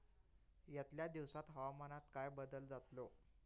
यतल्या दिवसात हवामानात काय बदल जातलो?